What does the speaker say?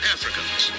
Africans